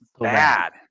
bad